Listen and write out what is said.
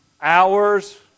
hours